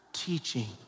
teaching